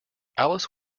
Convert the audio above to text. alice